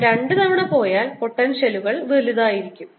ഞാൻ രണ്ടുതവണ പോയാൽ പൊട്ടൻഷ്യലുകൾ വലുതായിരിക്കും